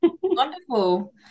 Wonderful